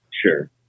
Sure